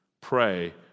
pray